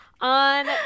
On